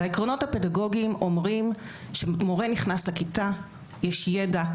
והעקרונות הפדגוגיים אומרים: כשמורה נכנס לכיתה יש ידע,